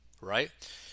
right